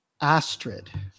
Astrid